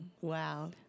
Wow